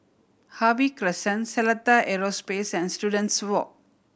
Harvey Crescent Seletar Aerospace and Students Walk